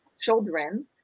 children